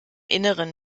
inneren